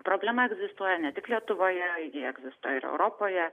problema egzistuoja ne tik lietuvoje jie egzistuoja ir europoje